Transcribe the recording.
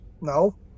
No